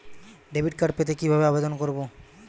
Debit card পেতে কিভাবে আবেদন করব?